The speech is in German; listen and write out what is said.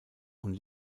und